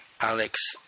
Alex